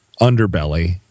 underbelly